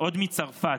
עוד מצרפת,